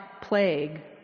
plague